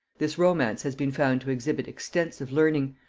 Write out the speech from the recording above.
this romance has been found to exhibit extensive learning,